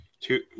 two